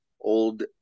old